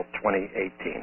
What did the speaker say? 2018